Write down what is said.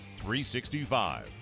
365